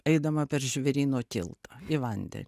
eidama per žvėryno tiltą į vande